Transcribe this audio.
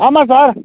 ஆமாம் சார்